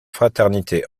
fraternité